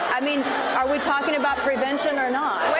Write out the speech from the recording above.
i mean, are we talking about prevention or not? wait